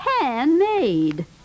handmade